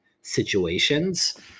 situations